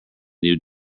new